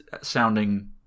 sounding